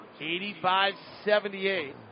85-78